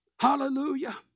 Hallelujah